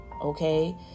okay